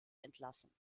entlassen